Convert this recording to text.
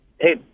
hey